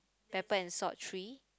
pepper and salt three